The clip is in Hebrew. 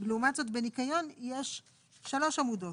ולעומת זאת בניקיון יש שלוש עמודות.